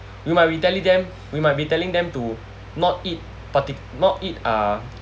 we might be telling them we might be telling them to not eat parti~ not eat uh